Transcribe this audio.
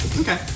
Okay